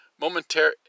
momentary